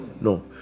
No